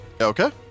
Okay